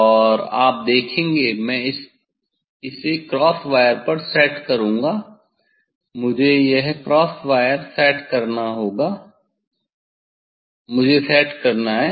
और आप देखेंगे मैं इसे क्रॉस वायर पर सेट करूंगा मुझे यह क्रॉस वायर सेट करना होगा मुझे सेट करना है